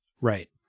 Right